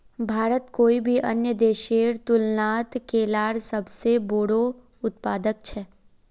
भारत कोई भी अन्य देशेर तुलनात केलार सबसे बोड़ो उत्पादक छे